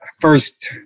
first